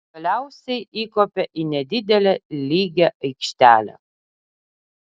galiausiai įkopė į nedidelę lygią aikštelę